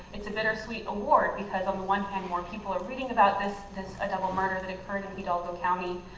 it's a bittersweet award because on the one hand, more people are reading about this this a double murder that occurred in hidalgo county